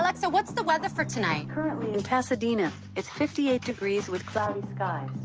like so what's the weather for tonight? currently, in pasadena, it's fifty eight degrees with cloudy skies.